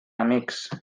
amics